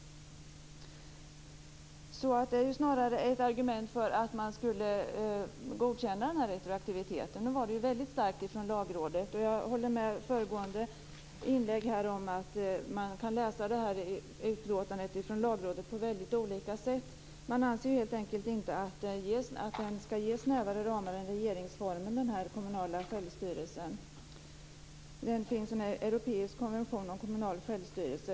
Detta är således snarare ett argument för att man skulle godkänna den här retroaktiviteten. Nu var det här väldigt starkt från Lagrådet. Jag håller med föregående talare att man kan läsa utlåtandet från Lagrådet på väldigt olika sätt. Man anser helt enkelt inte att den kommunala självstyrelsen inte skall ges snävare ramar än regeringsformen. Det finns en europeisk konvention om kommunal självstyrelse.